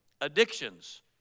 addictions